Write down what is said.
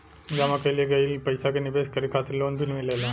जामा कईल गईल पईसा के निवेश करे खातिर लोन भी मिलेला